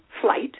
flight